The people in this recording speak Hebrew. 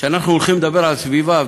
שאנחנו הולכים לדבר על סביבה,